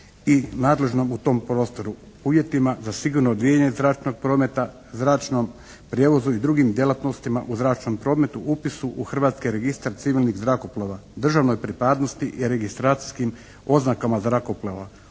i nadležnom u tom prostoru, uvjetima za sigurno odvijanje zračnog prometa, zračnom prijevozu i drugim djelatnostima u zračnom prometu, upisu u hrvatske registre civilnih zrakoplova, državnoj pripadnosti i registracijskim oznakama zrakoplova,